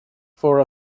for